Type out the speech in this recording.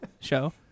show